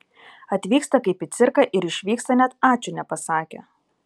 atvyksta kaip į cirką ir išvyksta net ačiū nepasakę